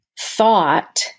thought